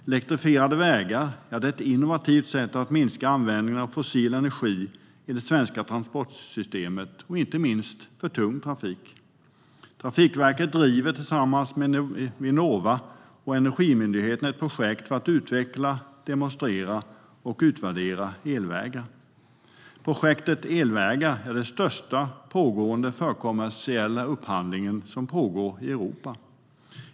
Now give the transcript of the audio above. Elektrifierade vägar är ett innovativt sätt att minska användningen av fossil energi i det svenska transportsystemet och inte minst för tung trafik. Trafikverket driver tillsammans med Vinnova och Energimyndigheten ett projekt för att utveckla, demonstrera och utvärdera elvägar. Projektet med elvägar är den största förkommersiella upphandlingen som pågår i Europa.